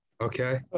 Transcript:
okay